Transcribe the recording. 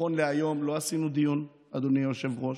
נכון להיום, לא עשינו דיון, אדוני היושב-ראש,